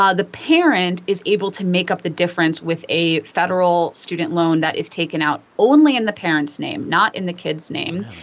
ah the parent is able to make up the difference with a federal student loan that is taken out only in the parent's name, not in the kid's name.